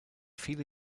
viele